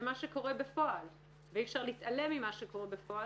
במה שקורה בפועל ואי אפשר להתעלם ממה שקורה בפועל,